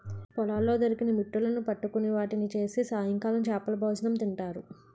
పొలాల్లో దొరికిన మిట్టలును పట్టుకొని వాటిని చేసి సాయంకాలం చేపలభోజనం తింటారు